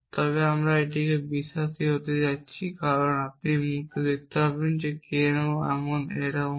তবে আমরা এটিতে বিশ্বাসী হতে যাচ্ছি কারণ আপনি এই মুহুর্তে দেখতে পাবেন যে কেন এমন হয়